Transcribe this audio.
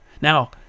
Now